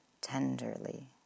tenderly